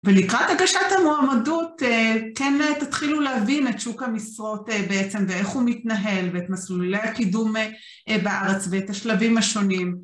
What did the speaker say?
ולקראת הגשת המועמדות, כן תתחילו להבין את שוק המשרות בעצם ואיך הוא מתנהל ואת מסלולי הקידום בארץ ואת השלבים השונים.